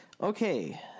Okay